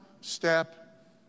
step